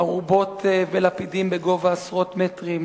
ארובות ולפידים בגובה עשרות מטרים,